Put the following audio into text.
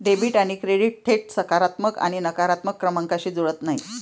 debit आणि credit थेट सकारात्मक आणि नकारात्मक क्रमांकांशी जुळत नाहीत